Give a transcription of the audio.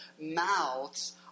mouths